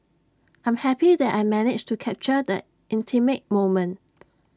I'm happy that I managed to capture the intimate moment